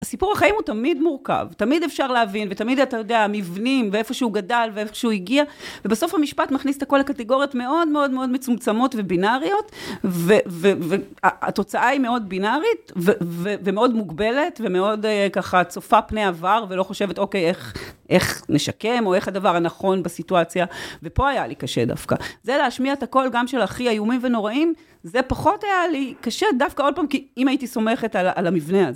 הסיפור החיים הוא תמיד מורכב, תמיד אפשר להבין ותמיד אתה יודע, מבנים ואיפה שהוא גדל ואיפה שהוא הגיע ובסוף המשפט מכניס את הכל לקטגוריית מאוד מאוד מאוד מצומצמות ובינאריות והתוצאה היא מאוד בינארית ומאוד מוגבלת ומאוד ככה צופה פני עבר ולא חושבת אוקיי איך נשקם או איך הדבר הנכון בסיטואציה ופה היה לי קשה דווקא זה להשמיע את הכל גם של הכי איומים ונוראים זה פחות היה לי קשה דווקא עוד פעם כי אם הייתי סומכת על המבנה הזה